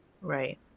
Right